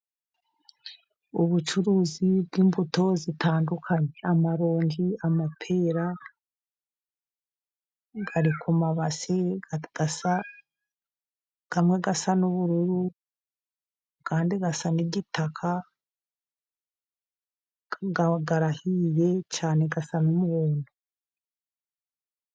Ubucuruzi bw'imbuto zitandukanye, amaronji, amapera ari ku mabasi adasa, kamwe gasa n'ubururu akandi gasa n'igitaka arahiye cyane asa n'umutuku.